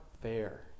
fair